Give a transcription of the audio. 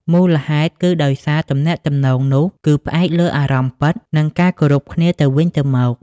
មូលហេតុគឺដោយសារ ទំនាក់ទំនងនោះគឺផ្អែកលើអារម្មណ៍ពិត និងការគោរពគ្នាទៅវិញទៅមក។